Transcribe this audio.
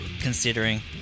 considering